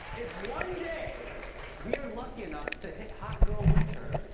if one day we are lucky enough to hit hot girl winter,